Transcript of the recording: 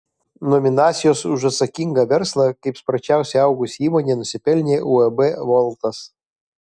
nominacijos už atsakingą verslą kaip sparčiausiai augusi įmonė nusipelnė uab voltas